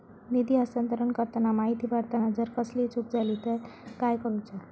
निधी हस्तांतरण करताना माहिती भरताना जर कसलीय चूक जाली तर काय करूचा?